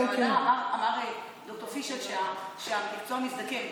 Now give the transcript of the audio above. ובוועדה אמר ד"ר פישל שהמקצוע מזדקן.